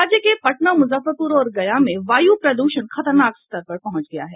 राज्य के पटना मुजफ्फरपुर और गया में वायु प्रदूषण खतरनाक स्तर पर पहुंच गया है